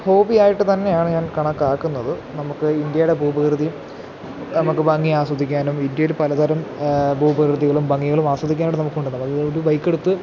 ഹോബിയായിട്ടു തന്നെയാണ് ഞാൻ കണക്കാക്കുന്നത് നമുക്ക് ഇന്ത്യയുടെ ഭൂപ്രകൃതിയും നമുക്ക് ഭംഗി ആസ്വദിക്കാനും ഇന്ത്യയിൽ പലതരം ഭൂപ്രകൃതികളും ഭംഗികളും ആസ്വദിക്കാനായിട്ട് നമുക്കുണ്ടല്ലോ അതിനു വേണ്ടി ബൈക്കെടുത്ത്